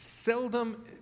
seldom